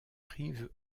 rive